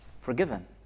Forgiven